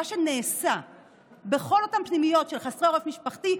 מה שנעשה בכל אותן פנימיות של חסרי עורף משפחתי,